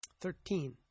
Thirteen